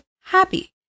Happy